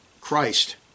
Christ